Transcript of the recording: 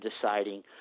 deciding